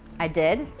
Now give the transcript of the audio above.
i did,